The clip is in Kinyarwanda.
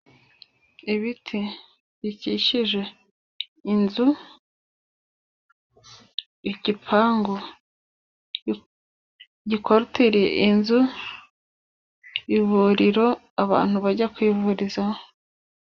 Ibiti bikikije inzu igipangu gikorotiriye inzu ivuriro abantu bajya kwivurizaho.